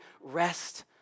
rest